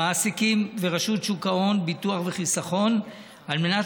המעסיקים ורשות שוק ההון ביטוח וחיסכון על מנת